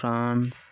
France